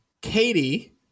Katie